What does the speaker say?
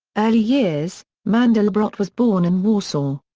early years mandelbrot was born in warsaw.